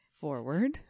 forward